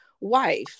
Wife